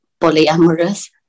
polyamorous